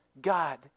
God